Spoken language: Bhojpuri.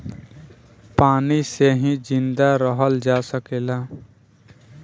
पानी से ही जिंदा रहल जा सकेला